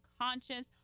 conscious